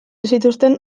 zituzten